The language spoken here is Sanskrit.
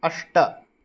अष्ट